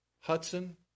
Hudson